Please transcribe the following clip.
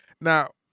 Now